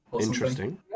Interesting